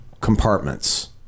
compartments